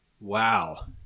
Wow